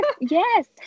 yes